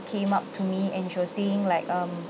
came up to me and she was saying like um